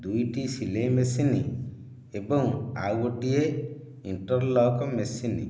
ଦୁଇଟି ସିଲେଇ ମେସିନ ଏବଂ ଆଉ ଗୋଟିଏ ଇଣ୍ଟରଲକ ମେସିନ